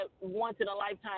once-in-a-lifetime